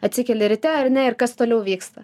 atsikeli ryte ar ne ir kas toliau vyksta